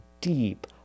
deep